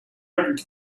old